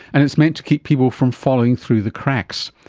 and it's meant to keep people from falling through the cracks.